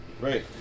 Right